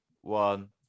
one